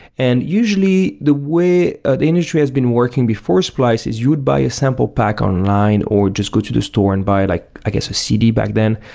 and usually the way ah the industry has been working before splice is you would buy a sample pack online, or just go to the store and buy like i guess a cd back then.